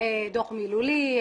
דוח מילולי,